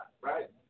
right